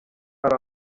hari